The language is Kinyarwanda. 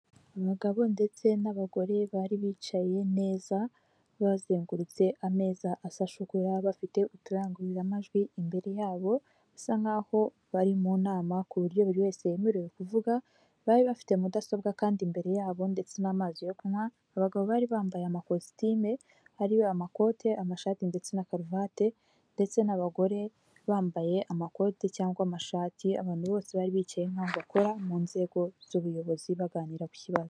Abagabo ndetse n'abagore bari bicaye neza bazengurutse ameza asashe bafite uturangururamajwi imbere yabo basa nkaho bari mu nama ku buryo buri wese yemerewe kuvuga bari bafite mudasobwa kandi imbere yabo ndetse n'amazi abagabo bari bambaye amakositimu ari amakote, amashati ndetse na karuvati ndetse n'abagore bambaye amakoti cyangwa amashati abantu bose bari bicaye nkaho bakora mu nzego z'ubuyobozi baganira ku kibazo.